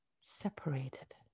separated